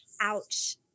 ouch